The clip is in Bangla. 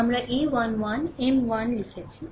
আমরা a1 1 M 1 লিখছি